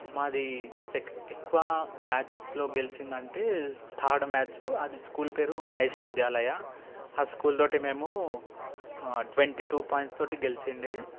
మాది సెక్ ఎక్కువ మ్యాచెస్లో గెలిచిందంటే థర్డ్ మ్యాచ్ అది స్కూల్ పేరు మహేష్ విద్యాలయ ఆ స్కూల్ తోటి మేము ట్వంటీ టు పాయింట్స్ తోటి గెలిచిండే